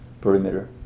perimeter